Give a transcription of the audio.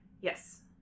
Yes